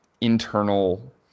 internal